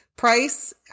Price